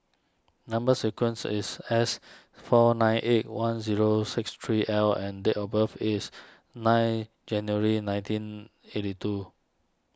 Number Sequence is S four nine eight one zero six three L and date of birth is nine January nineteen eighty two